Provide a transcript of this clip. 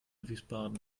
wiesbaden